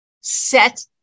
set